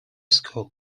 school